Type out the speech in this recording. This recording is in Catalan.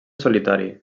solitari